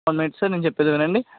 one minute sir నేను చెప్పేది వినండి